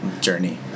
journey